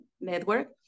network